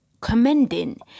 commending